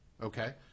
Okay